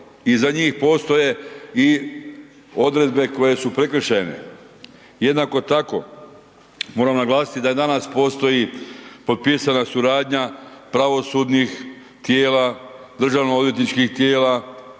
za njih postoje i odredbe koje su prekršajne. Jednako tako moram naglasiti da i danas postoji potpisana suradnja pravosudnih tijela, državno odvjetničkih tijela